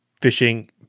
fishing